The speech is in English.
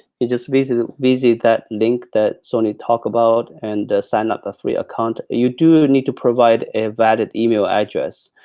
you just visit visit that link, that sony talked about and sign up a free account. you do need to provide a valid email address,